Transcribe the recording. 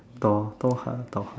Thor Thor ah Thor